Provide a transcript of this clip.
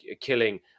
killing